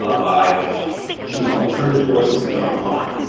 ah by choosing alternative courses they're online.